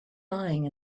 lying